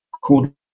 called